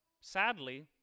Sadly